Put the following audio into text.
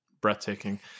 Breathtaking